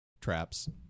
traps